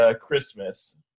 Christmas